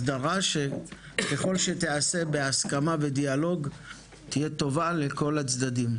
הסדרה שככל ותיעשה בהסכמה ודיאלוג תהיה טובה לכל הצדדים.